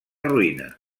ruïna